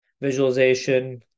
visualization